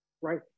right